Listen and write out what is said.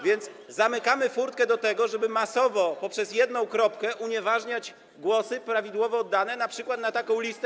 Więc zamykamy furtkę do tego, żeby masowo, poprzez jedną kropkę, unieważniać głosy prawidłowo oddane na przykład na taką listę.